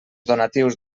donatius